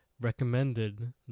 recommended